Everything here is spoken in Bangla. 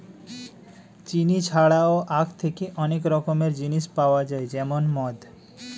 চিনি ছাড়াও আখ থেকে অনেক রকমের জিনিস পাওয়া যায় যেমন মদ